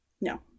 No